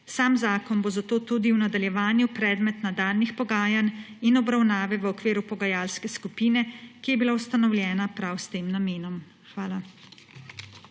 Sam zakon bo zato tudi v nadaljevanju predmet nadaljnjih pogajanj in obravnave v okviru pogajalske skupine, ki je bila ustanovljena prav s tem namenom. Hvala.